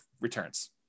returns